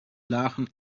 lagen